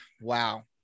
wow